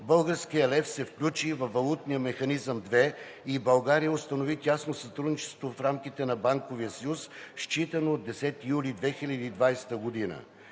българският лев се включи във Валутния механизъм ERM II и България установи тясно сътрудничество в рамките на Банковия съюз, считано от 10 юли 2020 г.